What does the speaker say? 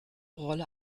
rolle